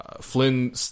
Flynn